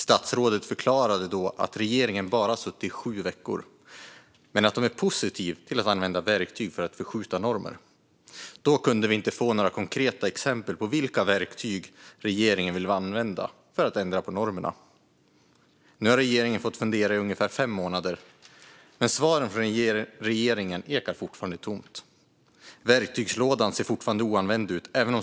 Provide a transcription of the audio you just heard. Statsrådet förklarade då att regeringen bara suttit i sju veckor men att den var positiv till att använda verktyg för att förskjuta normer. Då kunde vi inte få några konkreta exempel på vilka verktyg regeringen ville använda för att ändra på normerna. Nu har regeringen fått fundera i ungefär fem månader, men svaren från regeringen ekar fortfarande tomt. Verktygslådan ser fortfarande oanvänd ut.